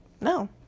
no